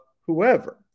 whoever